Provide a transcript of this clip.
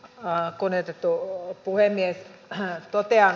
raakoine pitoa puhemies hän toteaa